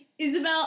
Isabel